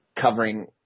covering